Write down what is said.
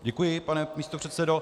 Děkuji, pane místopředsedo.